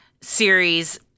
series